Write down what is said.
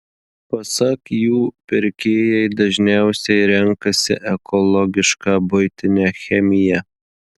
pasak jų pirkėjai dažniausiai renkasi ekologišką buitinę chemiją